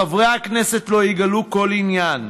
חברי הכנסת לא יגלו כל עניין.